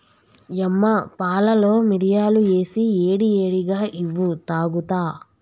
యమ్మ పాలలో మిరియాలు ఏసి ఏడి ఏడిగా ఇవ్వు తాగుత